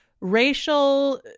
racial